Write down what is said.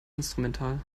instrumental